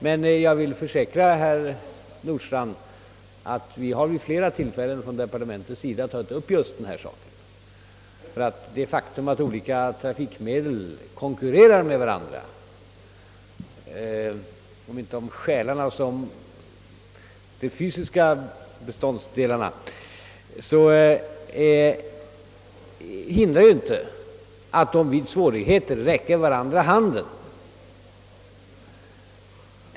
Men jag vill försäkra herr Nordstrandh att departementet vid flera tillfällen tagit upp just den här saken. Det faktum att olika trafikmedel konkurrerar med varandra, om inte om själarna så i varje fall om de fysiska beståndsdelarna, hindrar ju inte att de vid svårigheter bör räcka varandra handen.